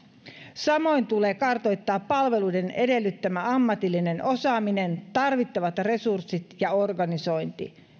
samoin tulee kartoittaa palveluiden edellyttämä ammatillinen osaaminen tarvittavat resurssit ja organisointi